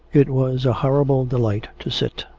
it was a horrible dplight to sit,